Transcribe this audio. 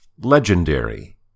Legendary